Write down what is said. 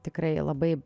tikrai labai